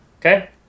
Okay